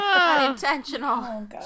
Unintentional